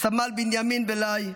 סמל בנימין בלאי,